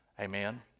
Amen